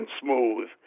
smooth